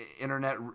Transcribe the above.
internet